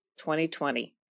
2020